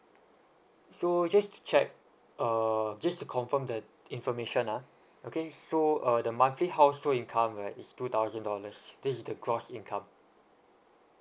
so just to check uh just to confirm that information ah okay so uh the monthly household income right is two thousand dollars this is the gross income